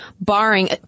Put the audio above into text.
barring